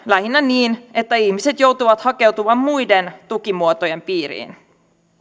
lähinnä niin että ihmiset joutuvat hakeutumaan muiden tukimuotojen piiriin